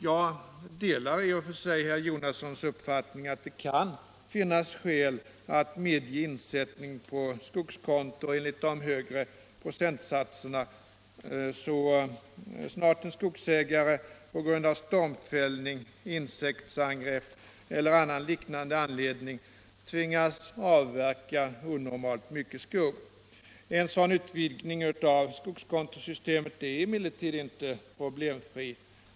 Jag delar i och för sig herr Jonassons uppfattning att det kan finnas skäl att medge insättning på skogskonto enligt de högre procentsatserna så snart en skogsägare på grund av stormfällning, insektsangrepp eller annan liknande anledning tvingas avverka onormalt mycket skog. En sådan utvidgning av skogskontosystemet är emellertid inte problemfri.